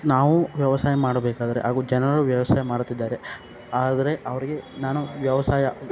ನಾವು ವ್ಯವಸಾಯ ಮಾಡಬೇಕಾದರೆ ಹಾಗೂ ಜನರು ವ್ಯವಸಾಯ ಮಾಡುತ್ತಿದ್ದಾರೆ ಆದರೆ ಅವರಿಗೆ ನಾನು ವ್ಯವಸಾಯ